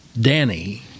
Danny